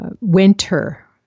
winter